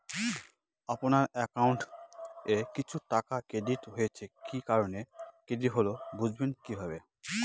আপনার অ্যাকাউন্ট এ কিছু টাকা ক্রেডিট হয়েছে কি কারণে ক্রেডিট হল বুঝবেন কিভাবে?